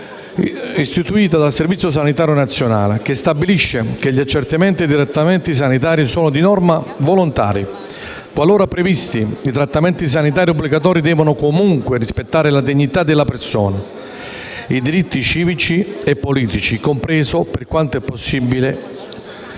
istitutiva del Servizio sanitario nazionale, che stabilisce che gli accertamenti e i trattamenti sanitari sono di norma volontari; qualora previsti, i trattamenti sanitari obbligatori devono comunque rispettare la dignità della persona, i diritti civici e politici, compreso, per quanto possibile,